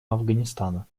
афганистана